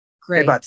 great